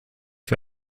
für